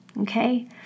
okay